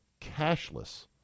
cashless